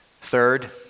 Third